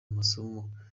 amasomo